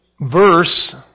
verse